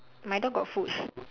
my dog got food